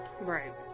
Right